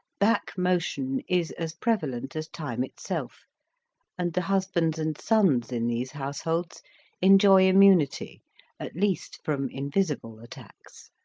back motion is as prevalent as time itself and the husbands and sons in these households enjoy immunity at least from invisible attacks.